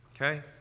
Okay